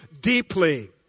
deeply